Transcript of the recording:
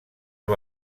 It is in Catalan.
amb